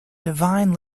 divine